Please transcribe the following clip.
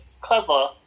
clever